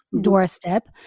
doorstep